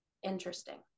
Interesting